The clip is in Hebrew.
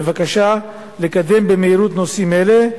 בבקשה לקדם במהירות נושאים אלה,